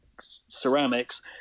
ceramics